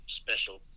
special